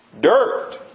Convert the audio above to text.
Dirt